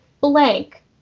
blank